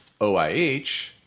OIH